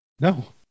No